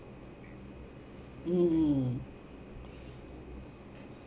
mm